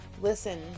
Listen